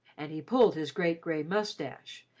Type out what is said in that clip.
and he pulled his great grey moustache,